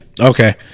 Okay